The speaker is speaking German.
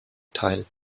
teil